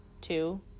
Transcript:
two